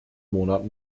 monat